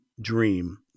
dream